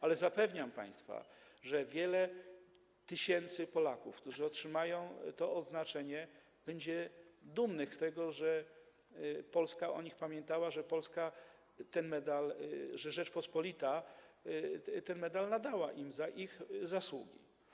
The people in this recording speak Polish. Ale zapewniam państwa, że wiele tysięcy Polaków, którzy otrzymają to odznaczenie, będzie dumnych z tego, że Polska o nich pamiętała, że Rzeczpospolita ten medal nadała im za ich zasługi.